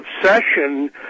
obsession